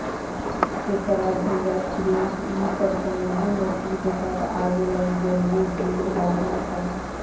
केकड़ा, झींगा, श्रिम्प इ सब समुंद्री मछली के साथ आवेला जलीय जिव हउन सन